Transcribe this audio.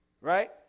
right